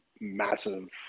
massive